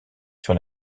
sur